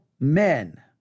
men